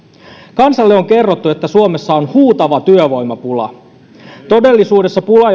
kansalle on kerrottu että suomessa on huutava työvoimapula todellisuudessa pula